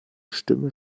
stimme